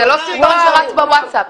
זה לא סרטון שרץ בווטסאפ.